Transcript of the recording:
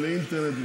לאינטרנט,